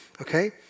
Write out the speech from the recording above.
Okay